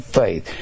faith